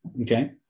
Okay